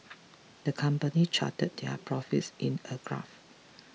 the company charted their profits in a graph